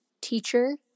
teacher